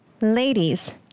Ladies